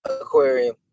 Aquarium